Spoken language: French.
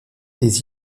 des